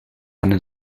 eine